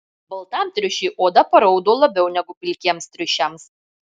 baltam triušiui oda paraudo labiau negu pilkiems triušiams